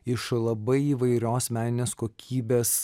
iš labai įvairios meninės kokybės